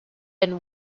and